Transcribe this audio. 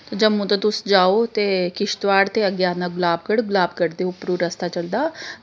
तो जम्मू तो तुस जाओ ते किश्तबाड़ ते अग्गें आंदा गुलाबगढ़ गुलाबगढ़ दे उप्परूं रस्ता चलदा